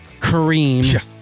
Kareem